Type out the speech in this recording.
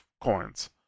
coins